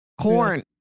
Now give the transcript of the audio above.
Corn